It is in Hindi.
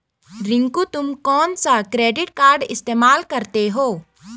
रिंकू तुम कौन सा क्रेडिट कार्ड इस्तमाल करते हो?